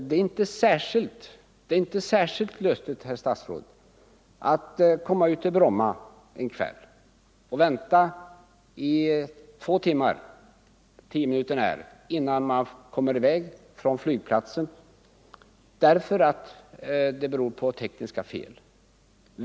Det är, herr statsråd, inte särskilt lustigt att komma ut till Bromma en kväll och få vänta i två timmar på tio minuter när innan flygplanet startar, därför att det uppstått tekniska fel.